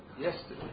yesterday